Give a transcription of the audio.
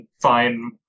fine